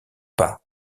pas